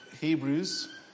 Hebrews